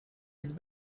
his